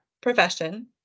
profession